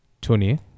Tony